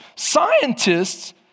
Scientists